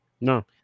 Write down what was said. No